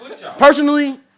personally